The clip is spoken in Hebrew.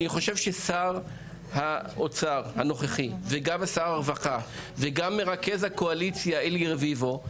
אני חושב ששר האוצר הנוכחי וגם שר הרווחה וגם מרכז הקואליציה אלי רביבו,